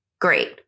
great